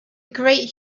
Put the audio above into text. great